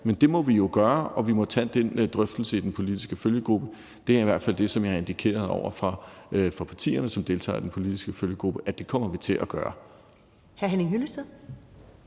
men det må vi jo gøre, og vi må tage den drøftelse i den politiske følgegruppe. Det er i hvert fald det, som jeg har indikeret over for partierne, som deltager i den politiske følgegruppe, vi kommer til at gøre. Kl. 19:17 Første